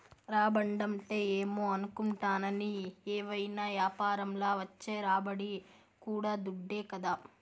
రాబడంటే ఏమో అనుకుంటాని, ఏవైనా యాపారంల వచ్చే రాబడి కూడా దుడ్డే కదా